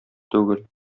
түгел